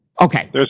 Okay